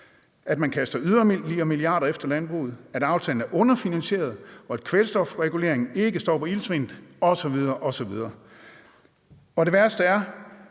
at man kaster yderligere milliarder af kroner efter landbruget, at aftalen er underfinansieret, og at kvælstofreguleringen ikke stopper iltsvindet osv. osv. Det værste er,